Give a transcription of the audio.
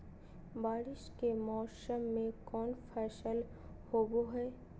बारिस के मौसम में कौन फसल होबो हाय?